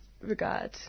regard